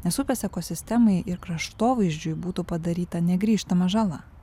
nes upės ekosistemai ir kraštovaizdžiui būtų padaryta negrįžtama žala